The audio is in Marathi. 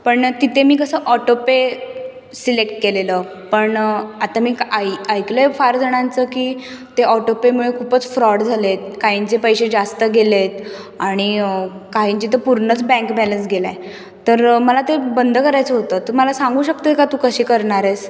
पण तिथे मी कसं ऑटो पे सिलेक्ट केलेलं पण आता मी तर ऐक ऐकलं आहे फार जणांचं की ते ऑटो पे मुळे खूपच फ्रॉड झाले आहेत काहींचे पैसे जास्त गेले आहेत आणि काहींचे तर पूर्णच बँक बॅलन्स गेला आहे तर मला ते बंद करायचं होतं तर मला सांगू शकते का तू कशी करणार आहेस